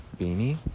beanie